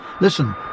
Listen